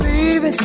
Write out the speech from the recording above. Baby